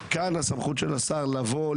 כאן הסמכות של השר לבוא,